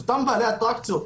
אותם בעלי אטרקציות,